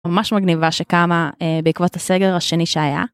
ממש מגניבה שקמה בעקבות הסגר השני שהיה.